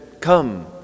Come